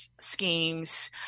schemes